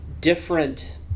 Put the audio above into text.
different